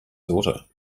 daughter